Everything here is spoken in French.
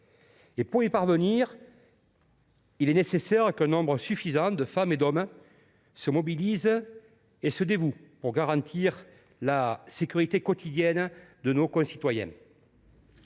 Et pour y parvenir, il est nécessaire qu’un nombre suffisant de femmes et d’hommes se mobilisent et se dévouent pour garantir la sécurité quotidienne de nos concitoyens.